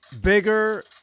bigger